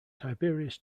tiberius